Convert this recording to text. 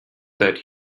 that